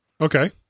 Okay